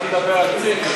אתה מדבר על ציני.